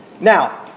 Now